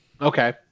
Okay